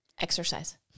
exercise